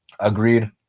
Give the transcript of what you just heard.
Agreed